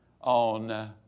on